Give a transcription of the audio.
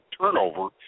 turnover